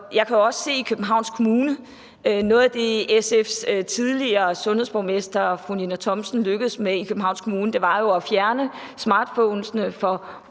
jeg kan også se i Københavns Kommune, at noget af det, SF's tidligere sundhedsborgmester, fru Ninna Thomsen, lykkedes med, jo var at fjerne smartphonesene for